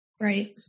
Right